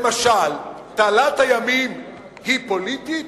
למשל, תעלת הימים היא פוליטית?